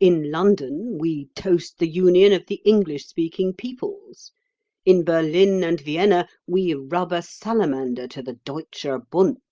in london we toast the union of the english-speaking peoples in berlin and vienna we rub a salamander to the deutscher bund